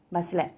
bus leh